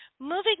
moving